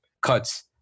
cuts